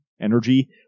energy